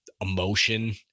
emotion